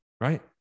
right